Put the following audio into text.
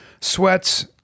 sweats